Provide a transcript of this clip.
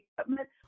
equipment